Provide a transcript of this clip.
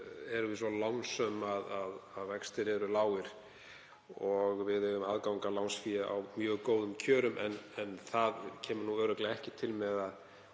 vissulega svo lánsöm að vextir eru lágir og við eigum aðgang að lánsfé á mjög góðum kjörum. En það kemur örugglega ekki til með að